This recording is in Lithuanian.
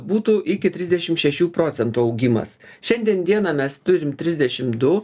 būtų iki trisdešim šešių procentų augimas šiandien dieną mes turim trisdešim du